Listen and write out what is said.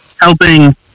helping